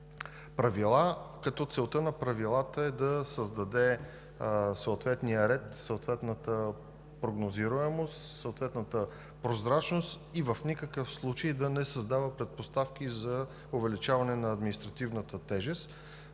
правила, като целта на правилата е да създаде съответния ред, съответната прогнозируемост, съответната прозрачност и в никакъв случай да не създава предпоставки за увеличаване на административната тежест.